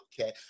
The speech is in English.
Okay